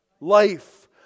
life